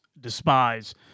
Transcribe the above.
despise